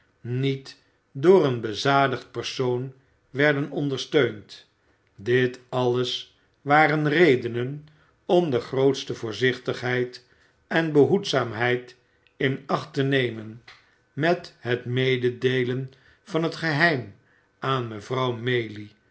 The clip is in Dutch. niet door een bezadigd persoon werden ondersteund dit alles waren redenen om de grootste voorzichtigheid en behoedzaamheid in acht te nemen met het mededeelen van het geheim aan mevrouw maylie